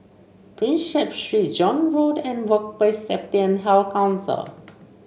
Prinsep Street Zion Road and Workplace Safety and Health Council